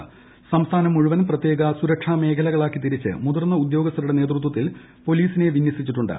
ങ്ങളും സംസ്ഥാനം മുഴുവൻ പ്രത്യേക സുരക്ഷാമേഖലകളാക്കി തിരിച്ച് മുതിർന്ന ഉദ്യോഗസ്ഥരുടെ നേതൃത്വത്തിൽ പോലീസിനെ വിന്യസി ച്ചിട്ടുണ്ട്